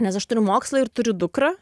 nes aš turiu mokslą ir turiu dukrą